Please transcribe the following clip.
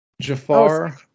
Jafar